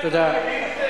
אתה לא מבין את זה?